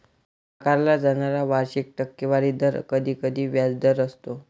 आकारला जाणारा वार्षिक टक्केवारी दर कधीकधी व्याजदर असतो